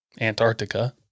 Antarctica